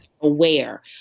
aware